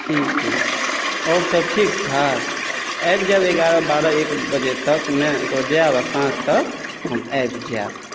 ठीक अछि आओर सभ ठीक ठाक आबि जायब एगारह बारह एक बजे तकमे एकर बाद जायब आ साँझ तक हम आबि जायब